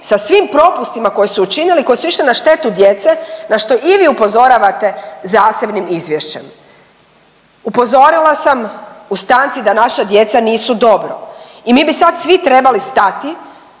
sa svim propustima koje su učinili, koji su išli na štetu djece, na što i vi upozoravate zasebnim izvješćem. Upozorila sam u stanci da naša djeca nisu dobro i mi bi sad svi trebali stati